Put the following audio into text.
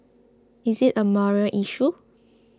is it a moral issue